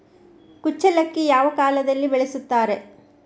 ಕುಚ್ಚಲಕ್ಕಿ ಯಾವ ಕಾಲದಲ್ಲಿ ಬೆಳೆಸುತ್ತಾರೆ?